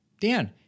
Dan